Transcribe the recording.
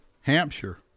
Hampshire